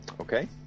Okay